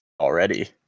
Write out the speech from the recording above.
already